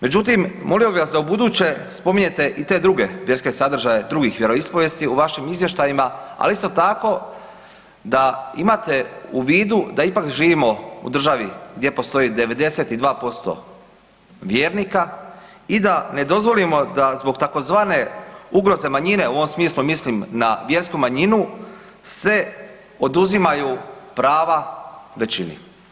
Međutim, molio bih vas da ubuduće spominjete i te druge vjerske sadržaje, drugih vjeroispovijesti u vašim izvještajima, ali isto tako da imate u vidu da ipak živimo u državi gdje postoje 92% vjernika i da ne dozvolimo da zbog tzv. ugroze manjine u ovom smislu mislim na vjersku manjinu se oduzimaju prava većini.